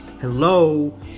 Hello